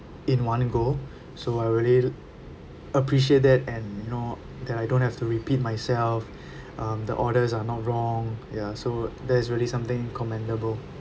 in one go so I really appreciate that and you know that I don't have to repeat myself um the orders are not wrong ya so that is really something commendable